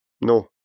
no